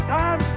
time